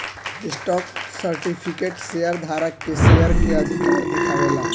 stock certificate share धारक के share के अधिकार दिखावे ला